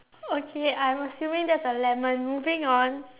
okay I'm assuming that's a lemon moving on